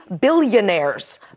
billionaires